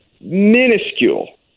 minuscule